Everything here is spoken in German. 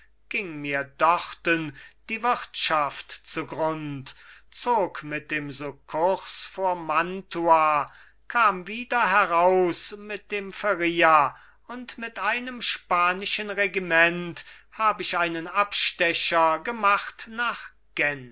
ging mir dorten die wirtschaft zu grund zog mit dem sukkurs vor mantua kam wieder heraus mit dem feria und mit einem spanischen regiment hab ich einen abstecher gemacht nach